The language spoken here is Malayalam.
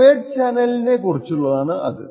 കോവേർട്ട് ചാനലിനെ കുറിച്ചുള്ളത്